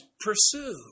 pursue